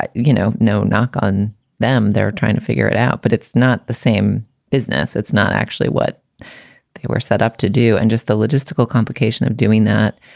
you know, no knock on them. they're trying to figure it out. but it's not the same business. it's not actually what they were set up to do and just the logistical complication of doing that.